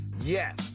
yes